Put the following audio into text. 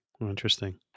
Interesting